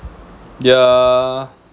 yeah